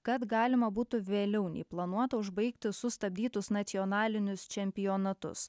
kad galima būtų vėliau nei planuota užbaigti sustabdytus nacionalinius čempionatus